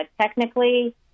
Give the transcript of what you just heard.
technically